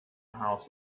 house